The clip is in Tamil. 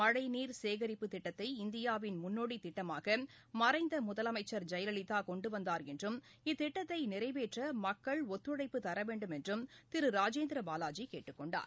மழழநீர் சேகரிப்புத் திட்டத்தை இந்தியாவின் முன்னோடித் திட்டமாகமறைந்தமுதலமைச்சர் ஜெயலலிதாகொண்டுவந்தார் என்றும் இத்திட்டத்தைநிறைவேற்றமக்கள் ஒத்துழைப்புத் தரவேண்டும் என்றும் திருராஜேந்திரபாலாஜிகேட்டுக் கொண்டார்